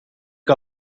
que